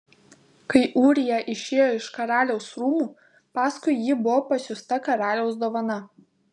kai ūrija išėjo iš karaliaus rūmų paskui jį buvo pasiųsta karaliaus dovana